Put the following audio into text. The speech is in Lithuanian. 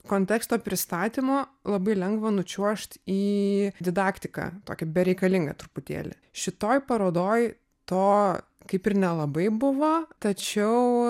konteksto pristatymo labai lengva nučiuožt į didaktiką tokį bereikalingą truputėlį šitoje parodoje to kaip ir nelabai buvo tačiau